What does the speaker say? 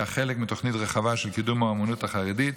הייתה חלק מתוכנית רחבה לקידום האומנות החרדית.